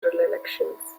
elections